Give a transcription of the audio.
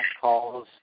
calls